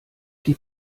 die